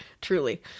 truly